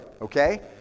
okay